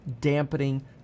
dampening